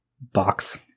box